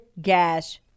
gas